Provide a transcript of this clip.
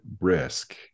risk